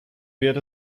wird